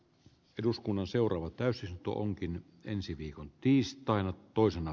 eduskunnan seuraava teos onkin ensi viikon tiistaina toisena